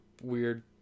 weird